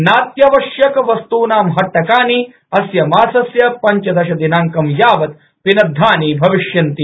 नात्यावश्यक वस्तूनां हट्टकानि अस्य मासस्य पंचदश दिनांकं यावत् पिनद्धा भविष्यन्ति